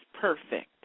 perfect